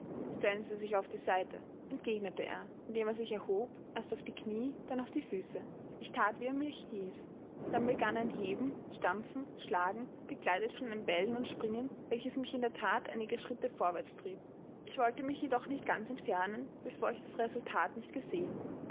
stellen sie sich auf die seite entgegnete er indem er sich erhob erst auf die kniee dann auf die füße ich that wie er mich hieß dann begann ein heben stampfen schlagen begleitet von einem bellen und springen welches mich in der that einige schritte vorwärts trieb ich wollte mich jedoch nicht ganz entfernen bevor ich das resultat nicht gesehen